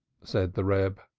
said the reb.